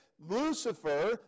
Lucifer